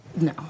No